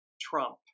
trump